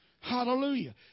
Hallelujah